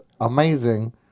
amazing